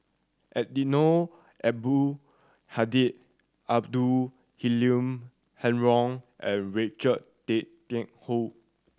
Eddino Abdul Hadi Abdul Halim Haron and Richard Tay Tian Hoe